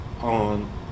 on